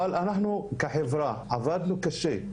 אבל אנחנו כחברה עבדנו קשה.